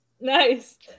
Nice